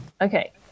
Okay